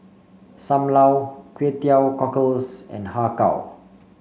Sam Lau Kway Teow Cockles and Har Kow